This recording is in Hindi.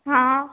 हाँ